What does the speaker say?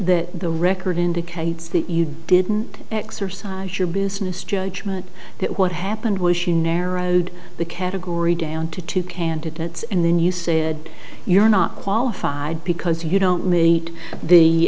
that the record indicates that you didn't exercise your business judgment that what happened was she narrowed the category down to two candidates and then you said you're not qualified because you don't meet the